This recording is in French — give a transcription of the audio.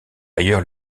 ailleurs